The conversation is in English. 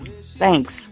Thanks